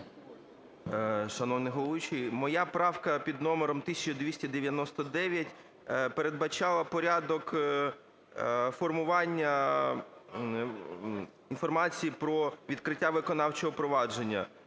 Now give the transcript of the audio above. Шановний головуючий, моя правка під номером 1299 передбачала порядок формування інформації про відкриття виконавчого провадження.